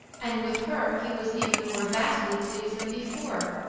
and with her he was even more vastly pleased than before.